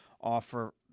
offer